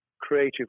creative